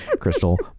crystal